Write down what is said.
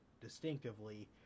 distinctively